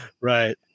Right